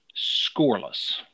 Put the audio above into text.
scoreless